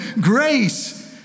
grace